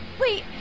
Wait